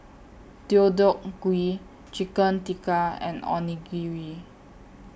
Deodeok Gui Chicken Tikka and Onigiri